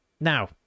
now